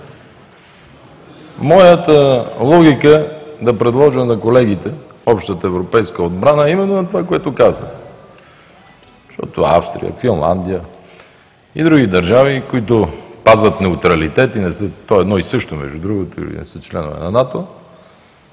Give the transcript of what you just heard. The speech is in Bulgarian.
Моята логика да предложа на колегите общата европейска отбрана е именно това, което казах. Австрия, Финландия и други държави, които спазват неутралитет, то е едно и също